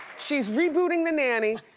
she's rebooting the nanny.